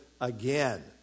again